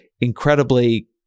incredibly